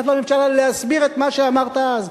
לממשלה אלא גם להסביר את מה שאמרת אז.